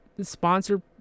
Sponsor